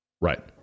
Right